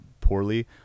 poorly